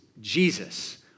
Jesus